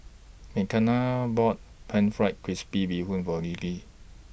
Makena bought Pan Fried Crispy Bee Hoon For Lilly